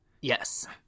Yes